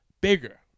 bigger